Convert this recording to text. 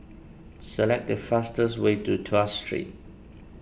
select the fastest way to Tuas Street